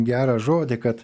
gerą žodį kad